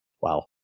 wow